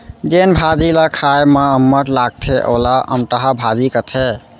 जेन भाजी ल खाए म अम्मठ लागथे वोला अमटहा भाजी कथें